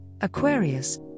Aquarius